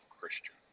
Christian